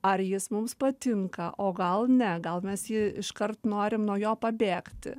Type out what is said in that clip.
ar jis mums patinka o gal ne gal mes jį iškart norim nuo jo pabėgti